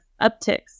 upticks